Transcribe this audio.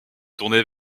tourner